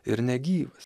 ir negyvas